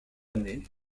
année